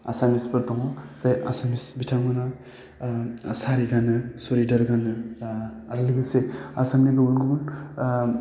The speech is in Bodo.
आसामिसफोर दङ जाय आसामिस बिथांमोना सारि गानो सुरिदार गानो दा आरो लोगोसे आसामनि गुबुन गुबुन